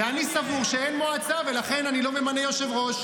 ואני סבור שאין מועצה, לכן אני לא ממנה יושב-ראש.